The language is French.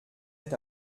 est